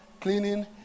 cleaning